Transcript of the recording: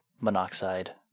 monoxide